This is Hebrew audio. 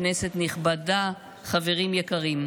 כנסת נכבדה, חברים יקרים,